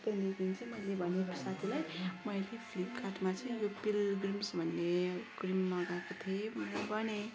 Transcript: त्यहाँदेखि चाहिँ मेले भनेँ साथीलाई मैले फ्लिपकार्टमा चाहिँ उयो पिलग्रिम्स भन्ने क्रिम मगाएको थिएँ भनेर भनेँ